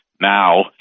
now